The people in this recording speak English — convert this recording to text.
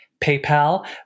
paypal